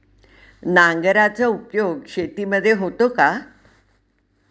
नांगराचा उपयोग शेतीमध्ये होतो का?